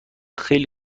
خیلی